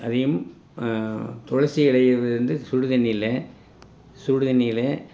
அதையும் துளசி இலையை வந்து சுடுதண்ணியில் சுடுதண்ணியில்